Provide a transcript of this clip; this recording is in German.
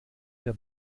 der